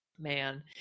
Man